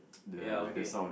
ya okay